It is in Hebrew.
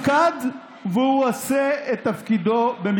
מלשון "מופקד", לא באה מלשון העדפה למישהו.